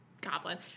goblin